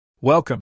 Welcome